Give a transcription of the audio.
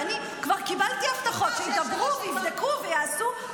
ואני כבר קיבלתי הבטחות שידברו ויבדקו ויעשו,